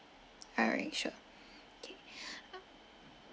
alright sure K